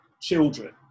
children